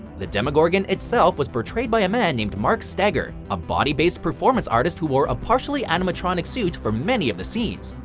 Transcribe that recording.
the demogorgon itself was portrayed by a man named mark steger a body-based performance artist who wore a partially animatronic suit for many of the scenes.